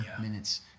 minutes